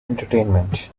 entertainment